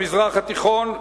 במזרח התיכון,